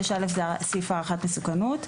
6א זה סעיף הערכת מסוכנות,